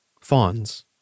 Fawns